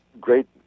great